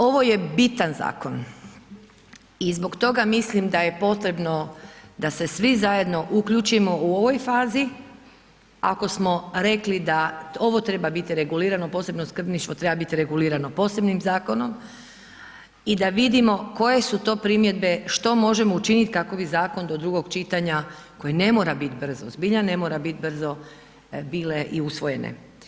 Ovo je bitan zakon i zbog toga mislim da je potrebno da se svi zajedno uključimo u ovoj fazi ako smo rekli da ovo treba biti regulirano, posebno skrbništvo treba biti regulirano posebnim zakonom i da vidimo koje su to primjedbe, što možemo učiniti kako bi zakon do drugog čitanja koji ne mora biti brzo, zbilja ne mora bit brzo, bile i usvojene.